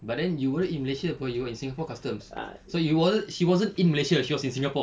but then you weren't in malaysia apa you were in singapore customs so you wasn't she wasn't in malaysia she was in singapore